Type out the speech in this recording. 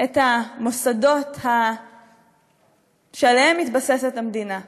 את המוסדות שעליהם מתבססת המדינה,